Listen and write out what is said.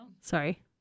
Sorry